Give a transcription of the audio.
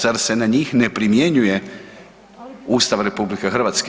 Zar se na njih ne primjenjuje Ustav RH?